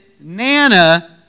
Nana